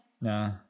Nah